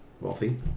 wealthy